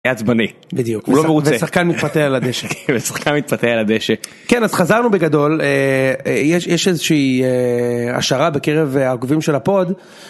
עצבני. בדיוק. הוא לא מרוצה. שחקן מתפתל על הדשא. שחקן מתפתל על הדשא. כן, אז חזרנו בגדול, יש איזושהי השערה בקרב העוקבים של הפוד